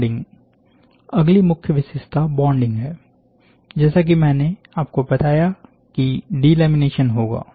बॉन्डिंगअगली मुख्य विशेषता बॉन्डिंग है जैसा कि मैंने आपको बताया कि डिलेमिनेशन होगा